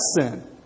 sin